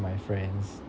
my friends